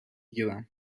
گیرم